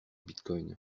bitcoin